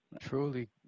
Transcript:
Truly